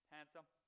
Handsome